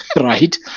right